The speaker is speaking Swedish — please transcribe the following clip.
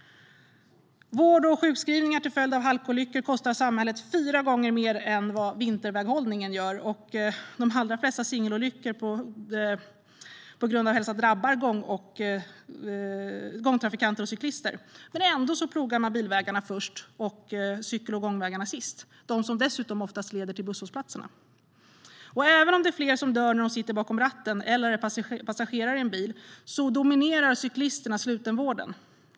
Vård och sjukskrivningar till följd av halkolyckor kostar samhället fyra gånger mer än vad vinterväghållningen gör. Och de flesta singelolyckorna drabbar gångtrafikanter och cyklister. Ändå plogar man bilvägarna först och cykel och gångvägarna sist. De senare leder dessutom ofta till busshållplatserna. Även om det är fler som dör när de sitter bakom ratten eller är passagerare i en bil är det cyklisterna som dominerar slutenvården.